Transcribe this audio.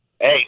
Hey